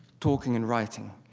talking and writing.